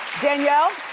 danielle,